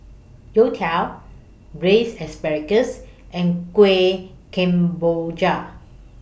Youtiao Braised Asparagus and Kueh Kemboja